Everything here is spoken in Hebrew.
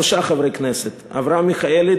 שלושה חברי כנסת: אברהם מיכאלי,